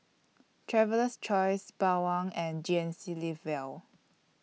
Traveler's Choice Bawang and G N C Live Well